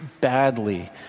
badly